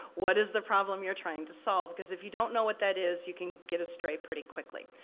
what is the problem you're trying to solve? cause if you don't know what that is, you can get astray pretty quickly.